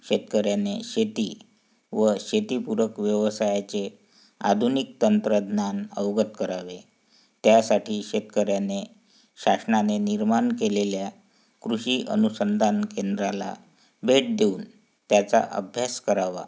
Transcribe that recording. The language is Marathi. शेतकऱ्याने शेती व शेतीपूरक व्यवसायाचे आधुनिक तंत्रज्ञान अवगत करावे त्यासाठी शेतकऱ्याने शासनाने निर्माण केलेल्या कृषी अनुसंधान केंद्राला भेट देऊन त्याचा अभ्यास करावा